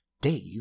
Dave